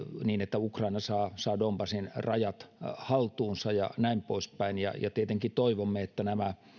niin että ukraina saa saa donbassin rajat haltuunsa ja näin poispäin ja tietenkin toivomme että